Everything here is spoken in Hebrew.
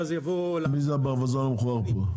מי הברווזון המכוער פה?